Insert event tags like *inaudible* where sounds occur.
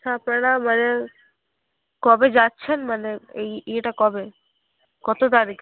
*unintelligible* কবে যাচ্ছেন মানে এই ইয়েটা কবে কত তারিখ